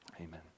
Amen